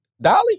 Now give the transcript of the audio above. Dolly